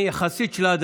רוצה להבין,